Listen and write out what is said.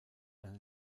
eine